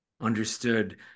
Understood